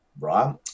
right